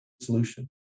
solution